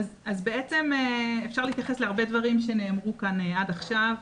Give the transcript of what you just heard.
בעצם אפשר להתייחס להרבה דברים שנאמרו כאן עד עכשיו,